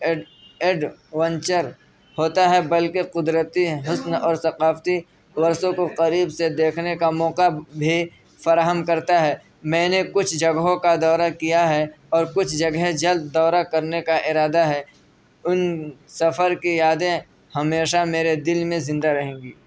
add adventure ہوتا ہے بلکہ قدرتی حسن اور ثقافتی ورثوں کو قریب سے دیکھنے کا موقع بھی فراہم کرتا ہے میں نے کچھ جگہوں کا دورہ کیا ہے اور کچھ جگہیں جلد دورہ کرنے کا ارادہ ہے ان سفر کی یادیں ہمیشہ میرے دل میں زندہ رہیں گی